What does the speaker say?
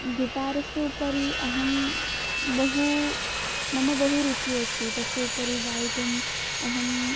गिटारस्य उपरि अहं बहु मम बहु रुचिः अस्ति तस्य उपरि गातुम् अहं